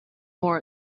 more